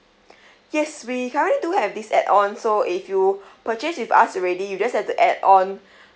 yes we currently do have this add on so if you purchase with us already you just have to add on